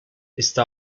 está